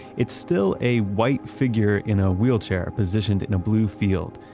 it's still a white figure in a wheelchair, positioned in a blue field,